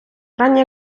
ранні